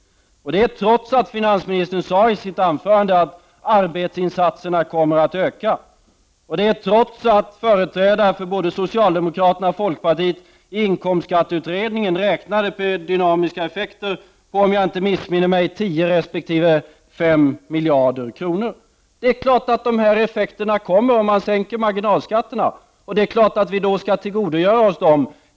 Detta gör ni trots att finansministern i sitt anförande sade att arbetsinsatserna kommer att öka och trots att företrädare för både socialdemokratin och folkpartiet i inkomstskatteutredningen räknade med dynamiska effekter på om jag inte missminner mig 10 resp. 5 miljarder kronor. Det är klart att man får dessa effekter om man sänker marginalskatterna, och det är klart att vi då skall tillgodogöra oss dem.